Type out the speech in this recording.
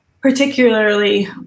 particularly